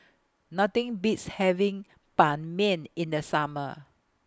Nothing Beats having Ban Mian in The Summer